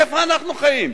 איפה אנחנו חיים?